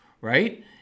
right